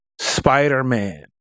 spider-man